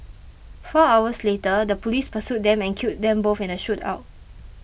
four hours later the police pursued them and killed them both in a shoot out